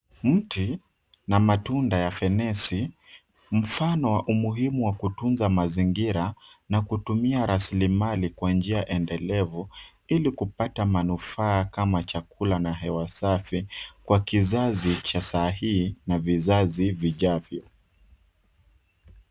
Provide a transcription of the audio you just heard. Mti na matunda ya fenesi. Mfano na umuhimu wa kutunza mazingira na kutumia rasilimali kwa njia endelevu ili kupata manufaa kama chakula na hewa safi kwa kizazi cha saa hii na vizazi vijazo.